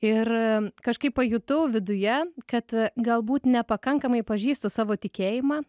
ir kažkaip pajutau viduje kad galbūt nepakankamai pažįstu savo tikėjimą